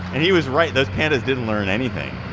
he was right those pandas didn't learn anything.